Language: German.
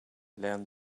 lernen